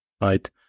right